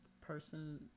person